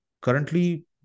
currently